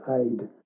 aid